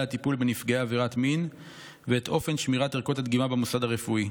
הטיפול בנפגעי עבירת מין ואת אופן שמירת ערכות הדגימה במוסד הרפואי.